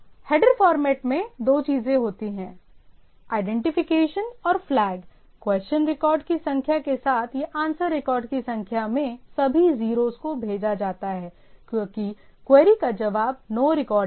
तो header format में दो चीजें होती हैं आईडेंटिफिकेशन और फ्लैग क्वेश्चन रिकॉर्ड की संख्या के साथ यह आंसर रिकॉर्ड की संख्या में सभी 0s को भेजा जाता है क्योंकि क्वेरी का जवाब नो रिकॉर्डिंग है